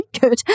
good